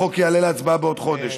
החוק יעלה להצבעה בעוד חודש.